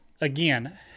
again